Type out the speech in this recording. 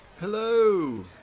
Hello